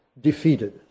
defeated